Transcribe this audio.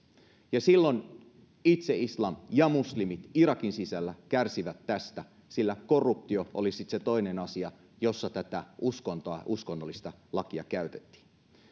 ja silloin itse islam ja muslimit irakin sisällä kärsivät tästä sillä korruptio oli sitten se toinen asia jossa tätä uskontoa uskonnollista lakia käytettiin